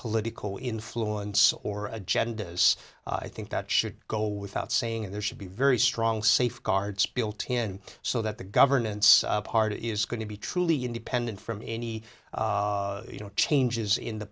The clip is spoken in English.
political influence or agendas i think that should go without saying there should be very strong safeguards built in so that the governance part is going to be truly independent from any you know changes in the